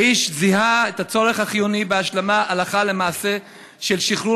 האיש זיהה את הצורך החיוני בהשלמה הלכה למעשה של שחרור